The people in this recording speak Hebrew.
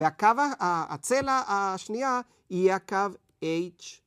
והקו, הצלע השנייה, יהיה הקו h.